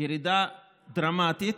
ירידה דרמטית,